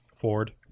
Ford